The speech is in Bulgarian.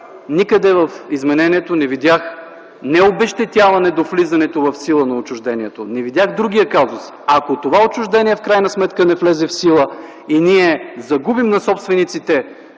Никъде в изменението не видях необезщетяване до влизането в сила на отчуждението, а не видях другия казус – ако това отчуждение в крайна сметка не влезе в сила, ние загубим време на собствениците